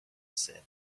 said